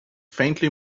faintly